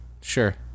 sure